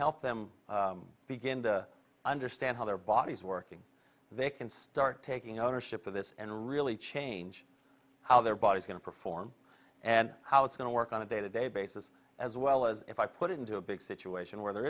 help them begin to understand how their bodies working they can start taking ownership of this and really change how their body's going to perform and how it's going to work on a day to day basis as well as if i put it into a big situation where there